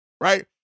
right